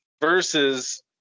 versus